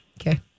Okay